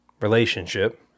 relationship